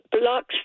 blocks